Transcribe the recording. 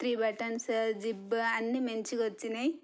three buttons zip అన్ని మంచిగా వచ్చినాయి